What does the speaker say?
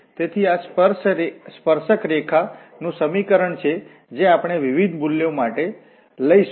તેથી આ સ્પર્શક રેખા નું સમીકરણ છે જે આપણે વિવિધ મૂલ્યો લઈશું